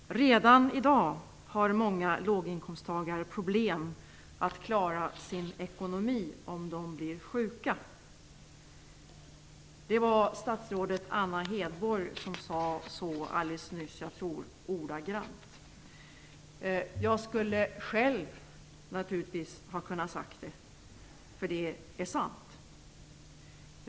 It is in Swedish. Herr talman! Redan i dag har många låginkomsttagare problem att klara sin ekonomi om de blir sjuka. Det var statsrådet Anna Hedborg som sade så alldeles nyss - ordagrannt tror jag. Jag skulle naturligtvis själv ha kunnat säga det, för det är sant.